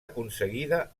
aconseguida